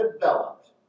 developed